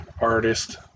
artist